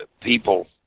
people